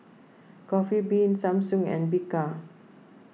Coffee Bean Samsung and Bika